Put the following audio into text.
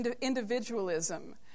individualism